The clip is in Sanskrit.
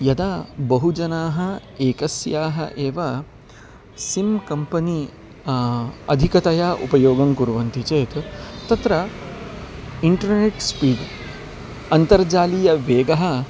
यदा बहवः जनाः एकस्याः एव सिम् कम्पनी अधिकतया उपयोगं कुर्वन्ति चेत् तत्र इण्टर्नेट् स्पीड् अन्तर्जालीयवेगः